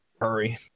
hurry